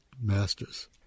masters